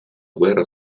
guerra